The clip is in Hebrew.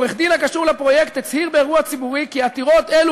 עורך-דין הקשור לפרויקט הצהיר באירוע ציבורי כי עתירות אלו,